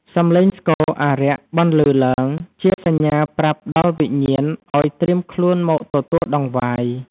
សំឡេងស្គរអារក្សបន្លឺឡើង ជាសញ្ញាប្រាប់ដល់វិញ្ញាណឱ្យត្រៀមខ្លួនមកទទួលដង្វាយ។